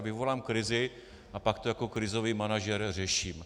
Vyvolám krizi a pak to jako krizový manažer řeším.